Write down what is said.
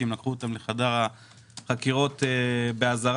לקחו אותם לחדר החקירות באזהרה,